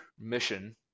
mission